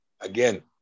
again